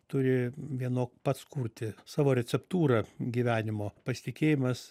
turi vienok pats kurti savo receptūrą gyvenimo pasitikėjimas